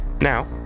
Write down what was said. Now